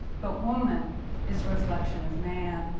but woman is a reflection of man.